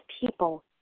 people